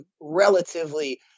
relatively